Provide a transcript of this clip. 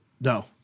No